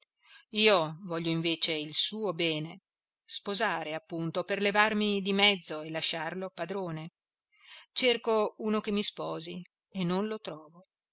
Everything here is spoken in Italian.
io voglio invece il suo bene sposare appunto per levarmi di mezzo e lasciarlo padrone cerco uno che mi sposi e non lo trovo